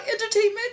Entertainment